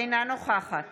אינה נוכחת